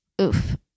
Oof